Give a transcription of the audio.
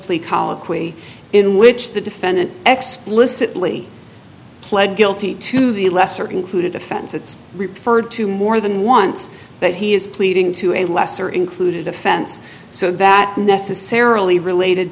colloquy in which the defendant explicitly pled guilty to the lesser included offense it's referred to more than once that he is pleading to a lesser included offense so that necessarily related